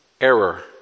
error